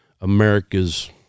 america's